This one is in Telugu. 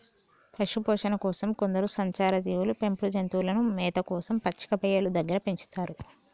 పశుపోషణ కోసం కొందరు సంచార జీవులు పెంపుడు జంతువులను మేత కోసం పచ్చిక బయళ్ళు దగ్గర పెంచుతారు